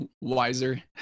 wiser